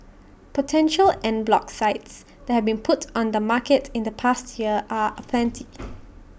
potential en bloc sites that have been put on the market in the past year are aplenty